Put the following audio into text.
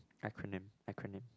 acronym acronym